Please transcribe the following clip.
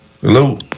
Hello